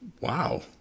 Wow